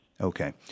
Okay